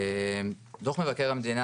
דוח מבקר המדינה,